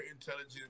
intelligent